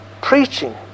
preaching